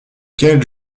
quelle